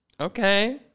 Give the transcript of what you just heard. Okay